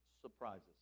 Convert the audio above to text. surprises